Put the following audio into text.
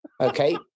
Okay